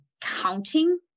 counting